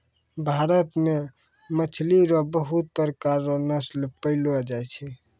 भारत मे मछली रो पबहुत प्रकार रो नस्ल पैयलो जाय छै